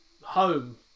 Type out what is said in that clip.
home